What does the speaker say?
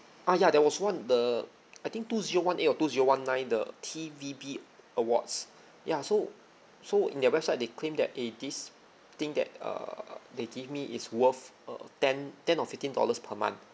ah ya there was one the I think two zero one eight or two zero one nine the T_V_B awards ya so so in their website they claim that eh this thing that err they give me is worth uh ten ten or fifteen dollars per month